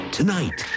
Tonight